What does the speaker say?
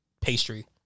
pastry